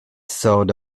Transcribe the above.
sort